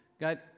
God